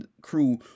crew